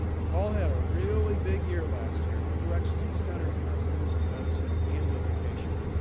paul had a really big year last year. he directs two centers in our schools of medicine and education.